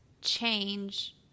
change